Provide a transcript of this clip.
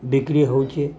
ବିକ୍ରି ହେଉଛେ